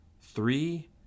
three